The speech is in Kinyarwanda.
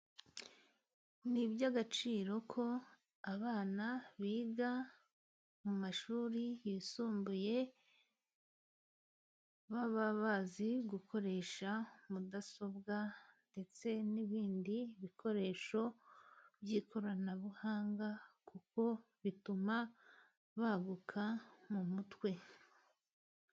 Ni iby'agaciro ko abana biga mu mashuri yisumbuye，baba bazi gukoresha mudasobwa ndetse nibindi bikoresho by'ikoranabuhanga，kuko bituma baguka mu mutwe.